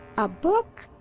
a book?